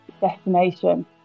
destination